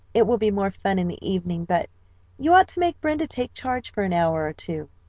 it will be more fun in the evening, but you ought to make brenda take charge for an hour or two.